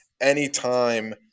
anytime